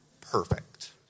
perfect